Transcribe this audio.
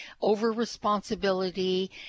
over-responsibility